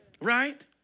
Right